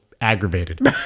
aggravated